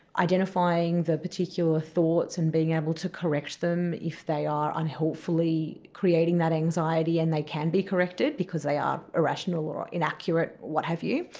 identifying the particular thoughts and being able to correct them if they are unhelpfully creating that anxiety and they can be corrected because they are irrational or inaccurate, what have you.